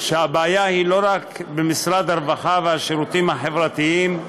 שהבעיה היא לא רק במשרד הרווחה והשירותים החברתיים,